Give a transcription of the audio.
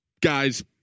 guy's